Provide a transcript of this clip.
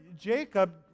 Jacob